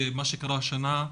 מה שקרה השנה,